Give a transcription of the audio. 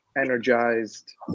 energized